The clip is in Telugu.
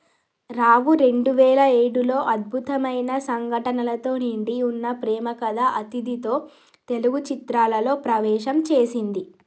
రావు రెండువేల ఏడులో అద్భుతమైన సంఘటనలతో నిండి ఉన్న ప్రేమ కథ అతిథితో తెలుగు చిత్రాలలో ప్రవేశం చేసింది